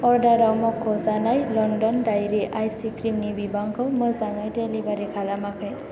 अर्डाराव मख'जानाय London dairy ice क्रिमनि बिबांखौ मोजाङै डेलिभारि खालामाखै